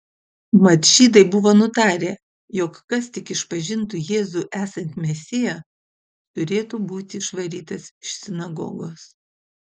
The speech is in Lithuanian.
mat žydai buvo nutarę jog kas tik išpažintų jėzų esant mesiją turėtų būti išvarytas iš sinagogos